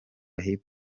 hip